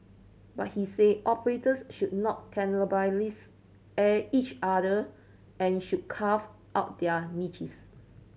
but he said operators should not cannibalise each other and should carve out their niches